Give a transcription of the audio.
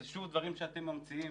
אלה שוב דברים שאתם ממציאים.